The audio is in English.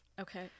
Okay